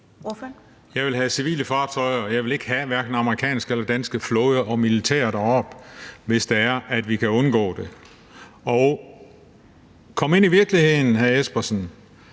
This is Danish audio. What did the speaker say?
Jeg vil have civile fartøjer, og jeg vil hverken have amerikanske eller danske flåder og militær deroppe, hvis vi kan undgå det. Og kom ind i virkeligheden, hr. Søren